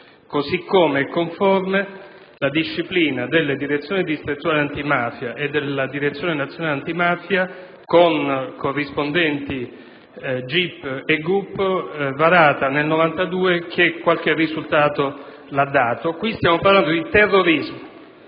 così come è conforme la disciplina delle Direzioni distrettuali antimafia e della Direzione nazionale antimafia, con corrispondenti Gip e Gup, varata nel 1992, che qualche risultato ha prodotto. Stiamo qui parlando di terrorismo.